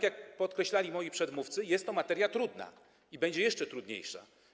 Jak podkreślali moi przedmówcy, jest to materia trudna i będzie jeszcze trudniejsza.